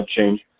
change